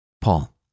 Paul